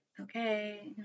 okay